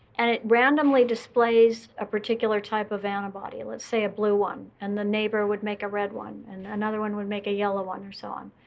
and it randomly displays a particular type of antibody let's say, a blue one. and the neighbor would make a red one, one, and another one would make a yellow on, or so on.